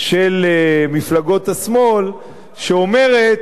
של מפלגות השמאל שאומרת: